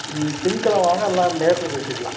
ம் திங்கக்கிழம வாங்க எல்லாம் நேரில் பேசிக்கலாம்